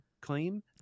claim